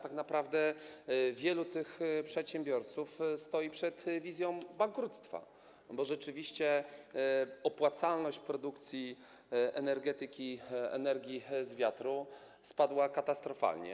Tak naprawdę wielu tych przedsiębiorców stoi przed wizją bankructwa, bo rzeczywiście opłacalność produkcji energii z wiatru spadła katastrofalnie.